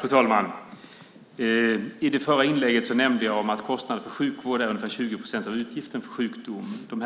Fru talman! I det förra inlägget nämnde jag att kostnaden för sjukvård är ungefär 20 procent av utgiften för sjukdom. De